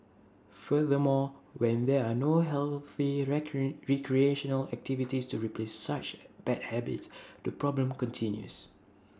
furthermore when there are no healthy recreational activities to replace such bad habits the problem continues